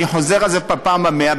אני חוזר על זה בפעם המאה,